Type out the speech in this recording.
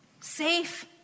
safe